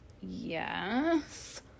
Yes